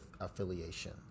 affiliation